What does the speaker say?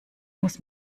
muss